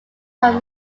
have